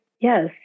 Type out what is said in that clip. yes